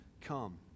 come